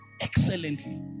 excellently